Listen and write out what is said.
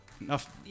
enough